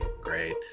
Great